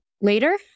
later